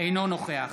אינו נוכח